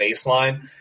baseline